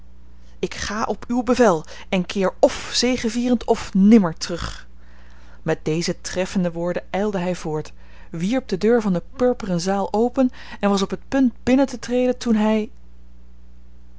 ik ga op uw bevel en keer f zegevierend f nimmer terug met deze treffende woorden ijlde hij voort wierp de deur van de purperen zaal open en was op het punt binnen te treden toen hij een